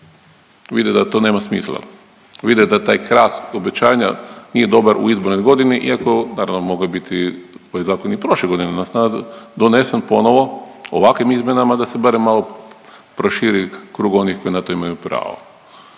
Vide da to nema smisla. Vide da taj krah obećanja nije dobar u izbornoj godini, iako, naravno, mogao je biti ovaj Zakon i prošle godine .../nerazumljivo/... donesen ponovo, ovakvim izmjenama da se barem malo proširi krug onih koji na to imaju pravo.